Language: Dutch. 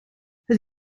het